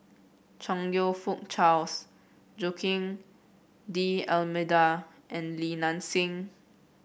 Chong You Fook Charles Joaquim D'Almeida and Li Nanxing